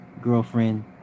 girlfriend